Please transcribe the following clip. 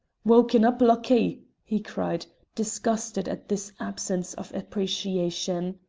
wauken up, luckie! he cried, disgusted at this absence of appreciation.